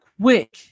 quick